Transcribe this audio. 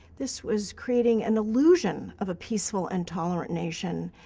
this was creating an illusion of a peaceful and tolerant nation.